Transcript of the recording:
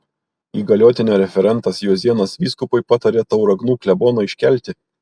įgaliotinio referentas juozėnas vyskupui patarė tauragnų kleboną iškelti